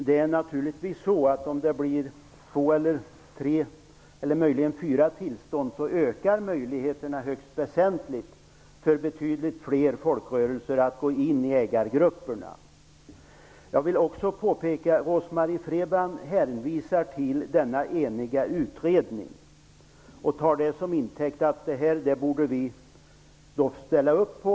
Herr talman! Om det blir två, tre eller möjligen fyra tillstånd ökar möjligheterna högst väsentligt för betydligt fler folkrörelser att gå in i ägargrupperna. Jag vill också påpeka att Rose-Marie Frebran hänvisar till denna eniga utredning. Hon tar det till intäkt för att vi borde ställa upp.